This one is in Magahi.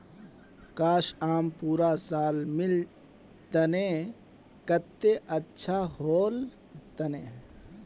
काश, आम पूरा साल मिल तने कत्ते अच्छा होल तने